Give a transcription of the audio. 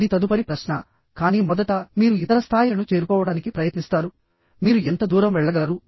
అది తదుపరి ప్రశ్న కానీ మొదట మీరు ఇతర స్థాయిలను చేరుకోవడానికి ప్రయత్నిస్తారు మీరు ఎంత దూరం వెళ్ళగలరు